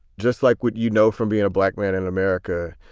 just like what you know from being a black man in america.